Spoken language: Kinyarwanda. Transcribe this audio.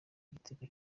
igitego